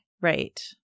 Right